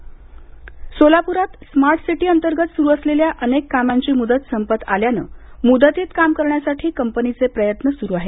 smart city Solapur सोलाप्रात smart city अंतर्गत सुरू असलेल्या अनेक कामाची मुदत संपत आल्यानं मुदतीत काम करण्यासाठी कंपनीचे प्रयत्न सुरू आहेत